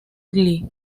glee